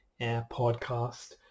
podcast